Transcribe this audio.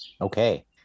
Okay